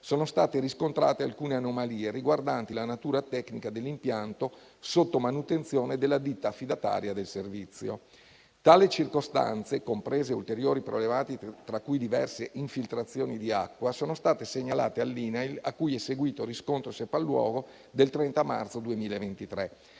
sono state riscontrate alcune anomalie riguardanti la natura tecnica dell'impianto sotto manutenzione della ditta affidataria del servizio. Tali circostanze, comprese ulteriori problematiche tra cui diverse infiltrazioni di acqua, sono state segnalate all'INAIL, a cui sono seguiti il riscontro e il sopralluogo del 30 marzo 2023.